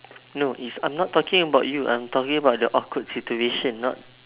no is I'm not talking about you I'm talking about the awkward situation not